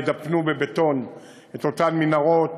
ידפנו בבטון את אותן מנהרות,